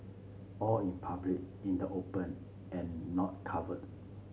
all in public in the open and not covered